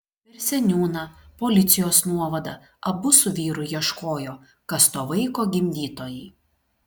per seniūną policijos nuovadą abu su vyru ieškojo kas to vaiko gimdytojai